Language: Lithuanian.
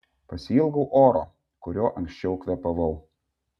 pasiilgau oro kuriuo anksčiau kvėpavau